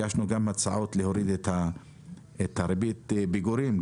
הגשנו הצעות להוריד את ריבית הפיגורים.